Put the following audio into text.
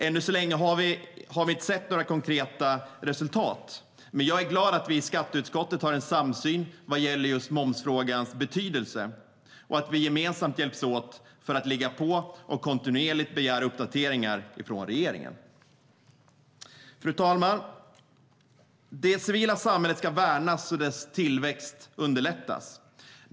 Än så länge har vi inte sett några konkreta resultat, men jag är glad att vi i skatteutskottet har en samsyn vad gäller momsfrågans betydelse och att vi gemensamt hjälps åt att ligga på och kontinuerligt begär uppdateringar från regeringen. Fru talman! Det civila samhället ska värnas och dess tillväxt underlättas.